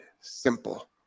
simple